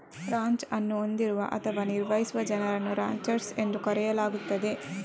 ranch ಅನ್ನು ಹೊಂದಿರುವ ಅಥವಾ ನಿರ್ವಹಿಸುವ ಜನರನ್ನು ರಾಂಚರ್ಸ್ ಎಂದು ಕರೆಯಲಾಗುತ್ತದೆ